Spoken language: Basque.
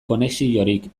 konexiorik